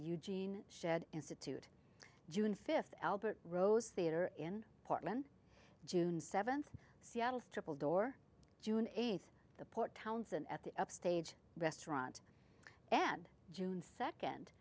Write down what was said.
eugene shed institute june fifth albert rose theater in portland june seventh seattle's triple door june eighth the port townsend at the stage restaurant and june second